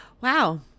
Wow